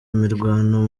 imirwano